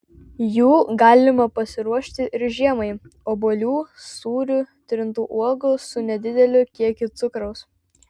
jų galima pasiruošti ir žiemai obuolių sūrių trintų uogų su nedideliu kiekiu cukraus